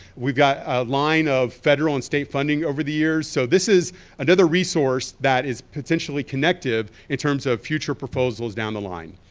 we've got a line of federal and state funding over the years. so this is another resource that is potentially connective in terms of future proposals down the line.